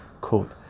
quote